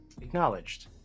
Acknowledged